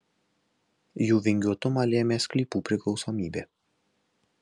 jų vingiuotumą lėmė sklypų priklausomybė